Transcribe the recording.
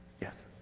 yes?